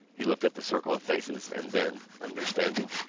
he looked at the circle of faces and then, understanding,